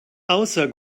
außer